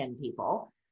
people